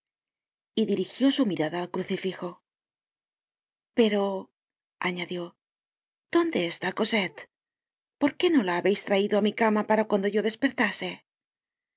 y dirigió su mirada al crucifijo pero añadió dónde está cosette por quó no la habeis traidoá mi cama para cuando yo despertase